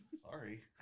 sorry